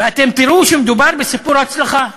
ואתם תראו שמדובר בסיפור הצלחה.